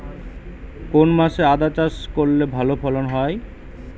কোন মাসে আদা চাষ করলে ভালো ফলন হয়?